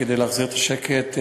כדי להחזיר את השקט,